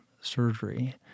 surgery